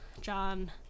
john